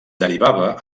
derivava